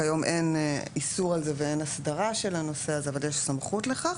כיום אין איסור על זה ואין הסדרה של הנושא הזה אבל יש סמכות לכך,